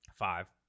Five